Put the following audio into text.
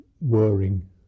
whirring